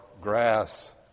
grass